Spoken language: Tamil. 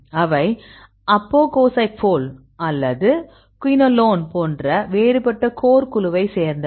அவை அப்போகோசைபோல் அல்லது குயினோலோன் போன்ற வேறுபட்ட கோர் குழுவை சேர்ந்தவை